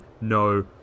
no